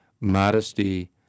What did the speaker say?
Modesty